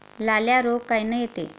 लाल्या रोग कायनं येते?